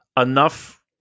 enough